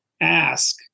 ask